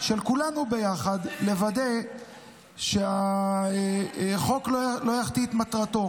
של כולנו ביחד, לוודא שהחוק לא יחטיא את מטרתו.